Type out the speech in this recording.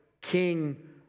king